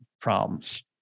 problems